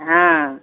हाँ